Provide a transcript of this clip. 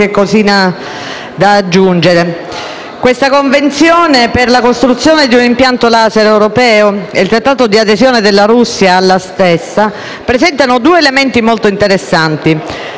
La Convenzione per la costruzione di un impianto *laser* europeo e il Protocollo di adesione della Russia alla stessa presentano due elementi molto interessanti, uno di natura tecnico-scientifica